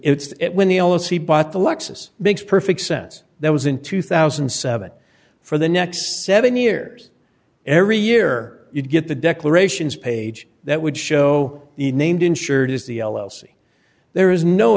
c bought the lexus makes perfect sense that was in two thousand and seven for the next seven years every year you'd get the declarations page that would show the named insured is the yellow sea there is no